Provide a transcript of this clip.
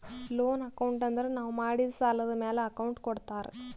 loan account ಅಂದುರ್ ನಾವು ಮಾಡಿದ್ ಸಾಲದ್ ಮ್ಯಾಲ ಅಕೌಂಟ್ ಮಾಡ್ತಾರ್